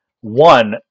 One